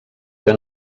que